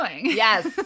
Yes